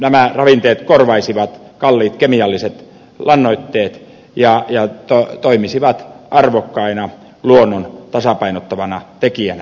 pellolla nämä ravinteet korvaisivat näin kalliit kemialliset lannoitteet ja toimisivat arvokkaana luonnon tasapainottavana tekijänä